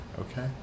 okay